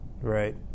right